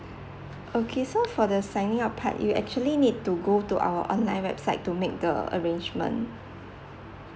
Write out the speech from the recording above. okay so for the signing up part you actually need to go to our online website to make the arrangement